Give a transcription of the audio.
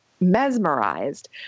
mesmerized